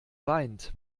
weint